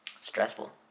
stressful